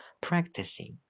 Practicing